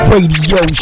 Radio